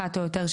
אחת או יותר,